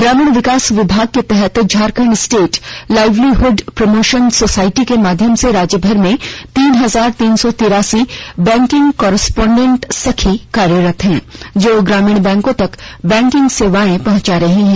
ग्रामीण विकास विभाग के तहत Jharkhand state livelihood promotion society के माध्यम से राज्य भर में तीन हजार तीन सौ तिरासी बैंकिंग कॉरेस्पोडेंट सखी कार्यरत हैं जो ग्रामीणों तक बैंकिंग सेवाएँ पहुंचा रही हैं